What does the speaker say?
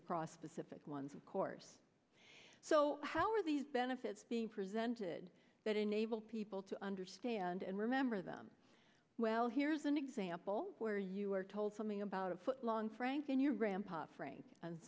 across specific ones of course so how are these benefits being presented that enable people to understand and remember them well here's an example where you were told something about a foot long frank in your grandpa frame and